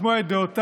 לשמוע את דעותיו,